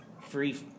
free